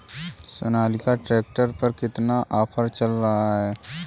Sonalika tractor पर कितना offer चल रहा है?